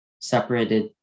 separated